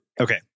Okay